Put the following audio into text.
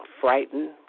frightened